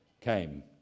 came